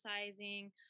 exercising